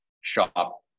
shop